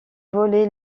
voler